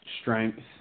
strength